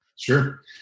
Sure